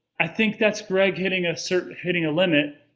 i think that's greg hitting a certain hitting a limit.